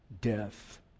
death